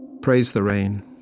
praise the rain,